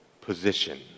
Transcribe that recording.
position